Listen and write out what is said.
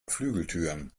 flügeltüren